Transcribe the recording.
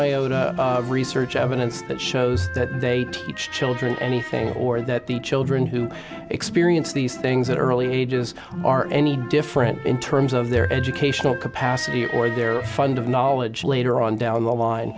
iota of research evidence that shows that they teach children anything or that the children who experience these things that early ages are any different in terms of their educational capacity or their fund of knowledge later on down the l